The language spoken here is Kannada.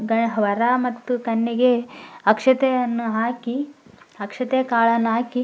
ಗ ವರ ಮತ್ತು ಕನ್ಯೆಗೆ ಅಕ್ಷತೆಯನ್ನು ಹಾಕಿ ಅಕ್ಷತೆ ಕಾಳನ್ನು ಹಾಕಿ